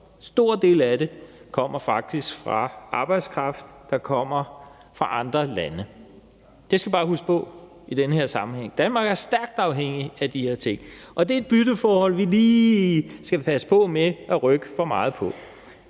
En stor del af det kommer faktisk fra arbejdskraft, der kommer fra andre lande. Det skal vi bare huske på i den her sammenhæng. Danmark er stærkt afhængig af de her ting. Og det er et bytteforhold, vi lige skal passe på med at rykke for meget på.